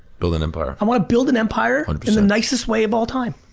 build an empire. i wanna build an empire in the nicest way of all time,